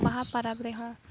ᱵᱟᱦᱟ ᱯᱟᱨᱟᱵᱽ ᱨᱮᱦᱚᱸ